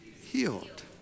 healed